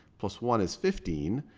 plus one is fifteen,